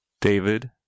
David